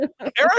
Eric